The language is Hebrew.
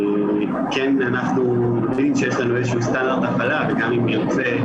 כן אנחנו מבינים שיש לנו איזה שהוא סטנדרט הפעלה וגם אם נרצה